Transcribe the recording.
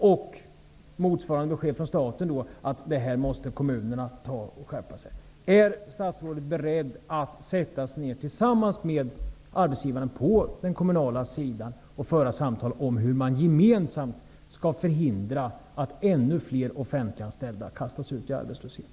Och staten säger: Visst, vi håller med om att det är fel att sparka folk, men här måste kommunerna skärpa sig. Är statsrådet beredd att sätta sig ned tillsammans med arbetsgivaren på den kommunala sidan och föra samtal om hur man gemensamt skall kunna förhindra att ännu fler offentliganställda kastas ut i arbetslöshet?